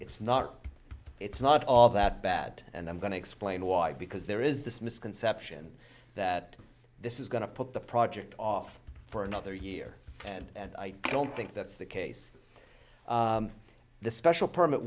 it's not it's not all that bad and i'm going to explain why because there is this misconception that this is going to put the project off for another year and i don't think that's the case the special permit